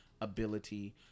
ability